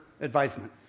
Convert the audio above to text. advisement